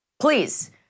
Please